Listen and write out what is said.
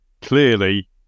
clearly